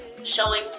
Showing